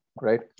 Right